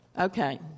Okay